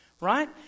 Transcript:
Right